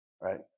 right